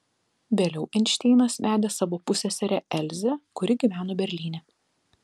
vėliau einšteinas vedė savo pusseserę elzę kuri gyveno berlyne